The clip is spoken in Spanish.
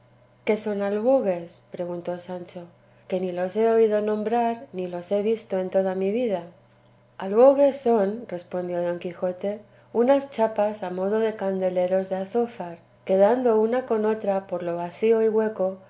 qué son albogues preguntó sancho que ni los he oído nombrar ni los he visto en toda mi vida albogues son respondió don quijote unas chapas a modo de candeleros de azófar que dando una con otra por lo vacío y hueco